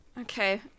Okay